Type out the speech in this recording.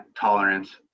tolerance